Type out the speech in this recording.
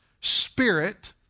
spirit